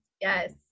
yes